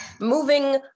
moving